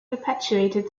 perpetuated